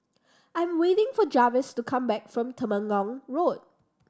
I'm waiting for Jarvis to come back from Temenggong Road